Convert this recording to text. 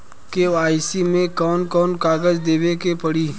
KYC मे कौन कौन कागज देवे के पड़ी?